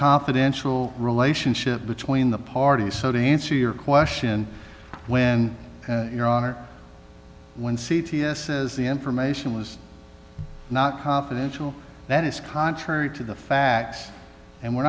confidential relationship between the parties so to answer your question when your honor when c t s says the information is not confidential that is contrary to the facts and we're